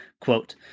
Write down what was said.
quote